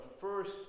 first